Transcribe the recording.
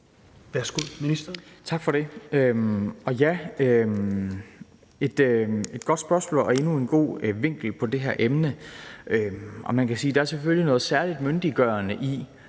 (Jesper Petersen): Tak for det. Ja, det er et godt spørgsmål og endnu en god vinkel på det her emne. Man kan sige, at der selvfølgelig er noget særlig myndiggørende i,